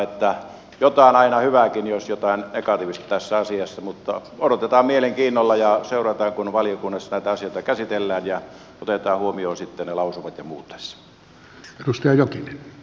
on jotain aina hyvääkin jos jotain negatiivista tässä asiassa mutta odotetaan mielenkiinnolla ja seurataan kun valiokunnassa näitä asioita käsitellään ja otetaan huomioon sitten ne lausumat ja muut tässä